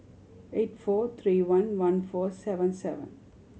eight four three one one four seven seven